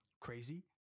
crazy